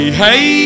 hey